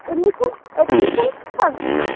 admission admission fees आ बिसिबां